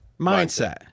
Mindset